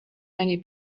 many